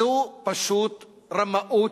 זו פשוט רמאות,